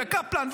וקפלן,